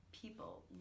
people